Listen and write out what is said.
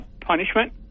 punishment